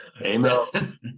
amen